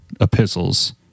epistles